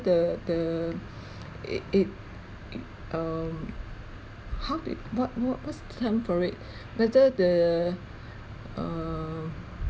the the it it it um how did what what what's the term for it whether the err